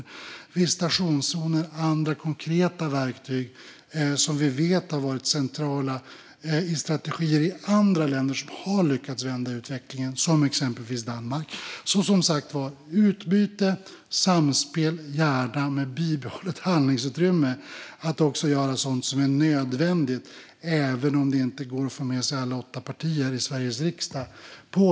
Det handlar om visitationszoner och andra konkreta verktyg som vi vet har varit centrala i strategier i andra länder som har lyckats vända utvecklingen, som exempelvis Danmark. Det handlar alltså som sagt om utbyte och samspel, gärna med bibehållet handlingsutrymme att också göra sådant som är nödvändigt även om det inte går att få med sig alla åtta partier i Sveriges riksdag på det.